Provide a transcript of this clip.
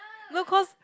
no cause